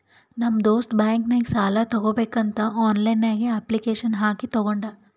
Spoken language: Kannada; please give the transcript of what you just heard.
ನಮ್ ದೋಸ್ತ್ ಬ್ಯಾಂಕ್ ನಾಗ್ ಸಾಲ ತಗೋಬೇಕಂತ್ ಆನ್ಲೈನ್ ನಾಗೆ ಅಪ್ಲಿಕೇಶನ್ ಹಾಕಿ ತಗೊಂಡ್